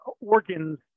organs